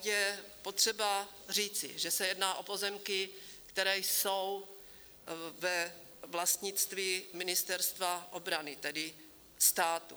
Je potřeba říci, že se jedná o pozemky, které jsou ve vlastnictví Ministerstva obrany, tedy státu.